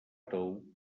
tou